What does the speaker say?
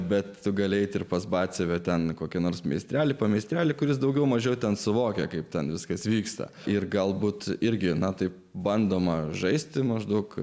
bet tu gali eiti pas batsiuvį ten kokia nors meistreli po miestelį kuris daugiau mažiau ten suvokia kaip ten viskas vyksta ir galbūt irgi na taip bandoma žaisti maždaug